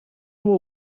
will